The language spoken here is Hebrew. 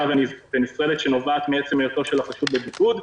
ונפרדת שנובעת מעצם היות החשוד בבידוד.